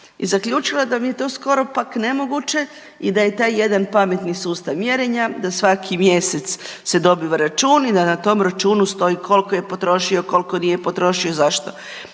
i zaključila da mi je to skoro pak nemoguće i da je taj jedan pametni sustav mjerenja, da svaki mjesec se dobiva račun i da na tom računu stoji koliko je potrošio, koliko nije potroši i zašto